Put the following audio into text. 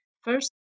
first